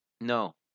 No